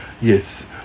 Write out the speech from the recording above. Yes